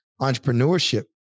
entrepreneurship